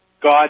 God